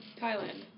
thailand